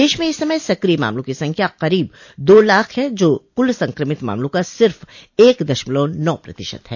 देश म इस समय सक्रिय मामलों की संख्या करीब दो लाख है जो कुल संक्रमित मामलों का सिर्फ एक दशमलव नौ प्रतिशत है